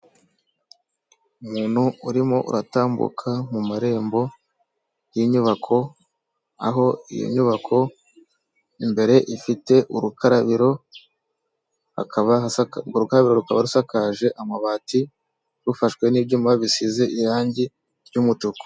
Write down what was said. Umuntu urimo uratambuka mu marembo y'inyubako aho iyo nyubako imbere ifite urukarabiro hakaba uruka rukaba rusakaje amabati rufashwe n'ibyuma bisize irangi ry'umutuku.